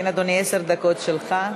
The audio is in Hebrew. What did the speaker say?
כן, אדוני, עשר דקות לרשותך.